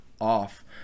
off